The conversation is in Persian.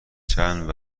چند